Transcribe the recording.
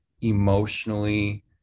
emotionally